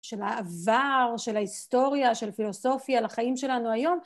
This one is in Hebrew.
של העבר, של ההיסטוריה, של הפילוסופיה לחיים שלנו היום.